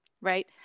Right